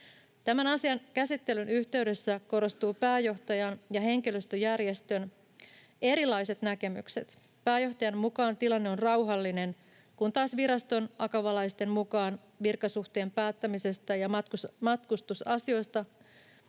Tämän asian käsittelyn yhteydessä korostuvat pääjohtajan ja henkilöstöjärjestön erilaiset näkemykset. Pääjohtajan mukaan tilanne on rauhallinen, kun taas viraston akavalaisten mukaan virkasuhteen päättämistä ja matkustusasioita